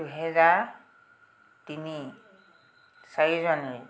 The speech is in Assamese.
দুহেজাৰ তিনি চাৰি জানুৱাৰী